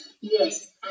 Yes